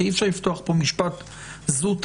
אי-אפשר לפתוח פה משפט זוטא,